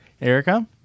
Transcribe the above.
Erica